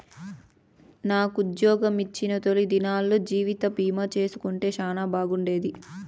నాకుజ్జోగమొచ్చిన తొలి దినాల్లో జీవితబీమా చేసుంటే సానా బాగుండేది